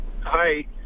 Hi